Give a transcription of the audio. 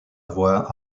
voix